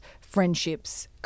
friendships